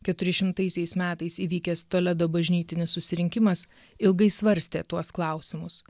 keturi šimtaisiais metais įvykęs toledo bažnytinis susirinkimas ilgai svarstė tuos klausimus